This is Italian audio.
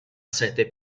sette